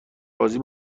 بازی